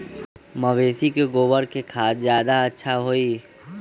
मवेसी के गोबर के खाद ज्यादा अच्छा होई?